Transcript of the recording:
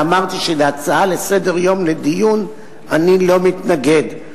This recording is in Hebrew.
אמרתי שכהצעה לסדר-יום לדיון אני לא מתנגד,